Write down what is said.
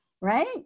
Right